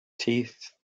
teeth